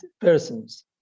persons